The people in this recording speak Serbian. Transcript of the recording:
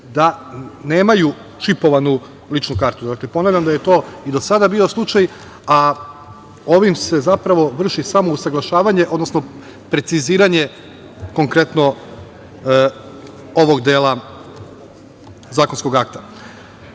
da nemaju čipovanu ličnu kartu, ponavljam da je to i do sada bio slučaj, a ovim se zapravo vrši samo usaglašavanje, odnosno preciziranje konkretno ovog dela zakonskog